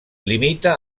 limita